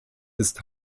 ist